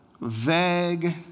vague